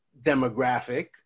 demographic